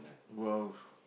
!wow!